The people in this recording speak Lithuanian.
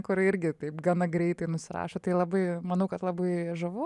kur irgi taip gana greitai nusirašo tai labai manau kad labai žavu